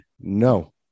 no